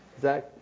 Zach